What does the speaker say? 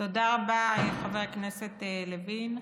תודה רבה, חבר הכנסת לוין.